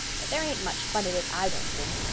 but there ain't much fun in it i don't think.